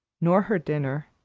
nor her dinner,